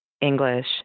English